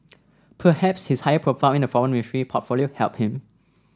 perhaps his higher profile in the foreign ministry portfolio helped him